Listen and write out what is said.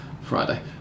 Friday